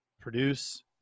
produce